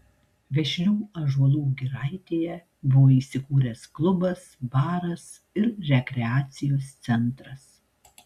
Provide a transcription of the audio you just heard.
vešlių ąžuolų giraitėje buvo įsikūręs klubas baras ir rekreacijos centras